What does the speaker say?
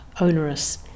onerous